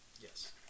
Yes